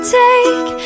take